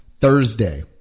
Thursday